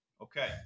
Okay